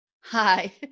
Hi